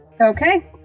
Okay